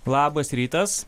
labas rytas